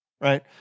right